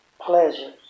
pleasures